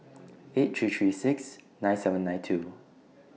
eight three three six nine seven nine two